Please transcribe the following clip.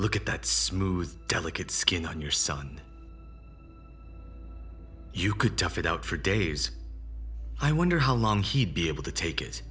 look at that smooth delicate skin on your son you could tough it out for days i wonder how long he'd be able to take